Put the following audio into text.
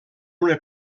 una